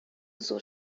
зур